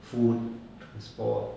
food transport